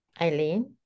eileen